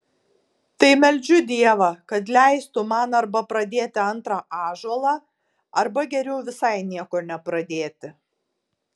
tai meldžiu dievą kad leistų man arba pradėti antrą ąžuolą arba geriau visai nieko nepradėti